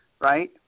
right